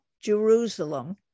Jerusalem